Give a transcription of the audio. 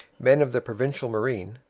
men of the provincial marine,